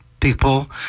people